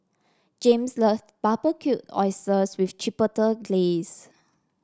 Jayme's love Barbecued Oysters with Chipotle Glaze